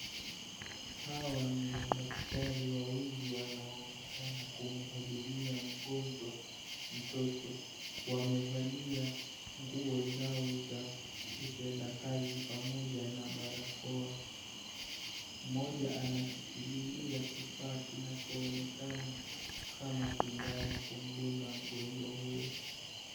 Hawa ni madaktari wawili wanaoonekana kumhudumia mgonjwa mtoto. Wamevalia nguo zao za utenda kazi pamoja na barakoa. Mmoja anashikililia kifaa kinachoonekana kama sindano kumdunga mgonjwa huyo.